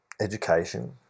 education